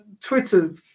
Twitter